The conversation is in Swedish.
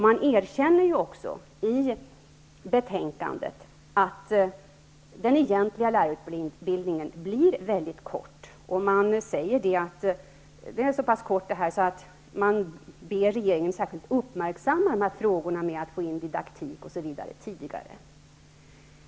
Man erkänner också i betänkandet att den egentliga lärarutbildningen blir mycket kort. Det sägs att den är så pass kort att man ber regeringen att särskilt uppmärksamma frågorna om att få in litet praktik, osv. tidigare.